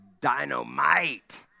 dynamite